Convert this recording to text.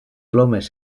plomes